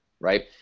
Right